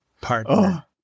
Partner